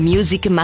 Music